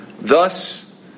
Thus